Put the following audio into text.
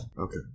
Okay